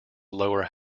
lower